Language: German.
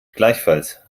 gleichfalls